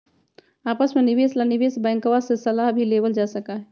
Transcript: आपस के निवेश ला निवेश बैंकवा से सलाह भी लेवल जा सका हई